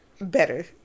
better